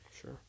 Sure